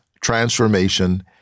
transformation